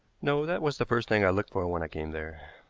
no that was the first thing i looked for when i came there.